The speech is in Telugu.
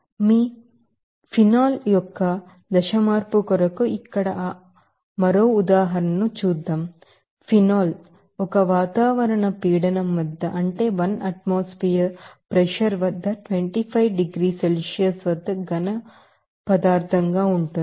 మీ ఫినాల్ యొక్క దశ మార్పు కొరకు ఇక్కడ ఆ దశ మార్పుకు మరో ఉదాహరణ ను చూద్దాం ఫినాల్ ఒక ఆత్మోసుఫెరిక్ ప్రెషర్ వద్ద 25 డిగ్రీల సెల్సియస్ వద్ద సాలిడ్ స్టేట్ గా ఉంటుంది